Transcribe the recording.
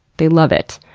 they love it.